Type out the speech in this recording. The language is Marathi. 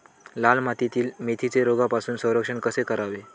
लाल मातीतील मेथीचे रोगापासून संरक्षण कसे करावे?